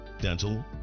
dental